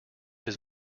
his